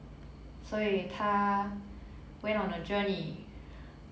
所以他 went on a journey